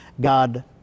God